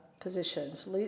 positions